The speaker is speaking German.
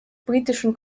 britischen